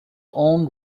own